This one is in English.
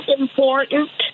important